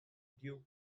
dew